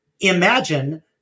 imagine